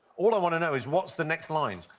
all i want to know is, what's the next line?